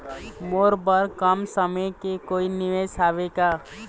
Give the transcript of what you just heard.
मोर बर कम समय के कोई निवेश हावे का?